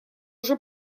уже